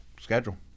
schedule